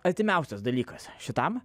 artimiausias dalykas šitam